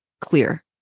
clear